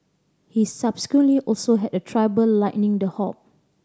he subsequently also had a trouble lighting the hob